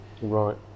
Right